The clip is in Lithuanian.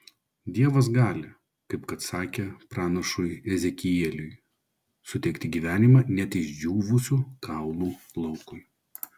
dievas gali kaip kad sakė pranašui ezekieliui suteikti gyvenimą net išdžiūvusių kaulų laukui